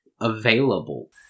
available